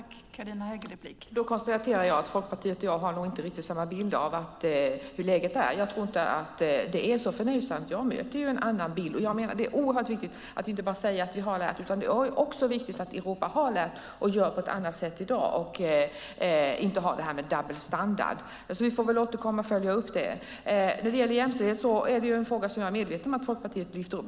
Fru talman! Då konstaterar jag att Folkpartiet och jag nog inte riktigt har samma bild av hur läget är. Jag tror inte att det är så förnöjsamt. Jag möter en annan bild. Det är oerhört viktigt att inte bara säga att vi har lärt utan att Europa verkligen har lärt, gör på ett annat sätt i dag och inte har dubbla standarder. Vi får väl återkomma och följa upp det. Jämställdhet är en fråga som jag är medveten om att Folkpartiet lyfter upp.